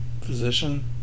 Physician